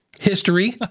history